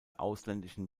ausländischen